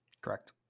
correct